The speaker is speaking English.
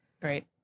Great